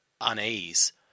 unease